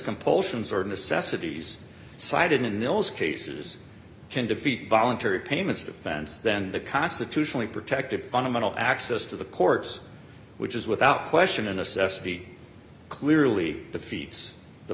compulsions or necessities cited in those cases can defeat voluntary payments defense then the constitutionally protected fundamental access to the courts which is without question a necessity clearly defeats the